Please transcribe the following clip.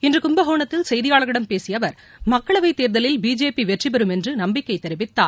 இன்று கும்பகோணத்தில் செய்தியாளர்களிடம் பேசிய அவர் மக்களவைத் தேர்தலில் பிஜேபி வெற்றிபெறும் என்று நம்பிக்கை தெரிவித்தார்